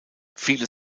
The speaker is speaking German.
viele